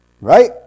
Right